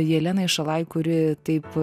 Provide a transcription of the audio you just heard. jelenai šalaj kuri taip